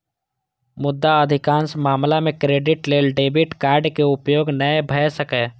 मुदा अधिकांश मामला मे क्रेडिट लेल डेबिट कार्डक उपयोग नै भए सकैए